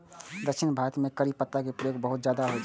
दक्षिण भारत मे करी पत्ता के प्रयोग बहुत ज्यादा होइ छै